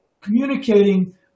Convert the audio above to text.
communicating